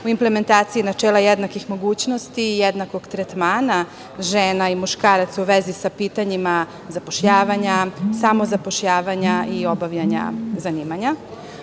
u implementaciji načela jednakih mogućnosti i jednakog tretmana žena i muškaraca u vezi sa pitanjima zapošljavanja, samozapošljavanja i obavljanja zanimanja. Ono